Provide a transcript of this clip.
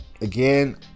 again